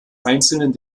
einzelnen